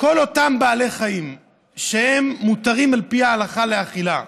כל אותם בעלי חיים שהם מותרים על פי ההלכה לאכילה,